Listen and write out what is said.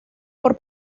por